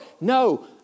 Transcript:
No